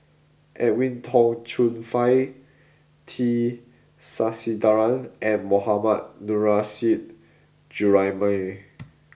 Edwin Tong Chun Fai T Sasitharan and Mohammad Nurrasyid Juraimi